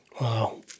Wow